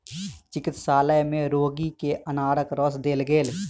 चिकित्सालय में रोगी के अनारक रस देल गेल